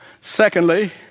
Secondly